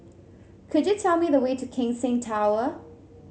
could you tell me the way to Keck Seng Tower